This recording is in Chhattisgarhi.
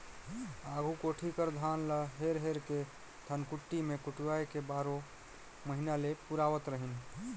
आघु कोठी कर धान ल हेर हेर के धनकुट्टी मे कुटवाए के बारो महिना ले पुरावत रहिन